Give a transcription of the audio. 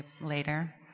later